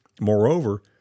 Moreover